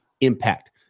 impact